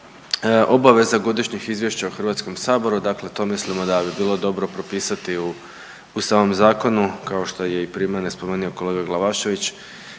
obaveza godišnjih izvješća u Hrvatskom saboru. Dakle to mislimo da bi bilo dobro propisati u samom zakonu kao što je i prije mene spomenuo kolega Glavašević.